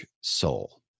soul